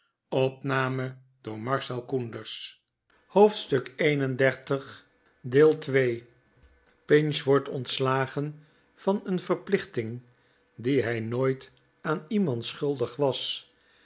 hoofdstuk xxxi pinch wordt ontslagen van een verplichting die hij nooit aan iemand schuldig was